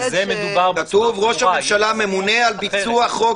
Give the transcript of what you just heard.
כתוב: ראש הממשלה ממונה על ביצוע חוק